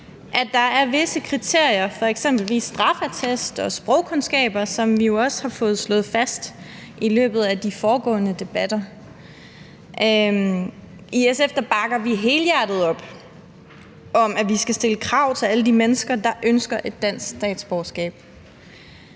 der er visse kriterier, f.eks. straffeattest og sprogkundskaber, hvilket vi jo også har fået slået fast i løbet af de foregående debatter. I SF bakker vi helhjertet op om, at vi skal stille krav til alle de mennesker, der ønsker et dansk statsborgerskab.